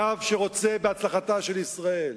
קו שרוצה בהצלחתה של ישראל,